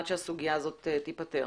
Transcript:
כדי שהסוגיה הזאת תיפתר.